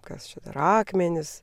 kas čia dar akmenys